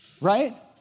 Right